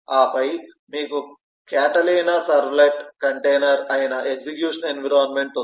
ఆపై మీకు Catalina servlet container అయిన ఎగ్జిక్యూషన్ ఎన్విరాన్మెంట్ ఉంది